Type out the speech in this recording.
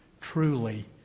truly